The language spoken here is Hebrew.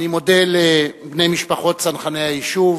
אני מודה לבני משפחות צנחני היישוב